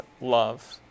love